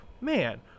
man